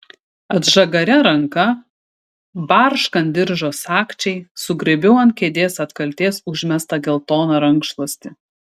atžagaria ranka barškant diržo sagčiai sugraibiau ant kėdės atkaltės užmestą geltoną rankšluostį